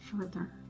further